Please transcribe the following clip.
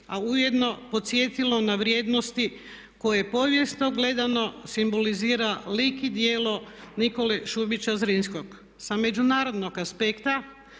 a ujedno podsjetilo na vrijednosti koje povijesno gledano simbolizira lik i djelo Nikole Šubića Zrinskog. Sa međunarodnog aspekta